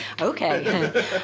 okay